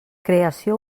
creació